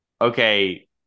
okay